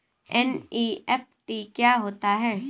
NEFT क्या होता है?